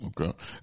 Okay